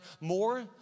More